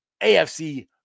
AFC